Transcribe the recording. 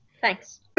Thanks